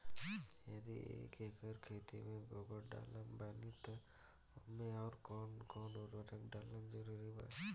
यदि एक एकर खेत मे गोबर डालत बानी तब ओमे आउर् कौन कौन उर्वरक डालल जरूरी बा?